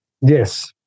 Yes